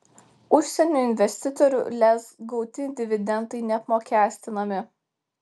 užsienio investitorių lez gauti dividendai neapmokestinami